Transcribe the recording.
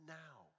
now